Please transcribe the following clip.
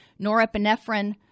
norepinephrine